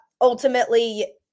ultimately